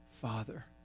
Father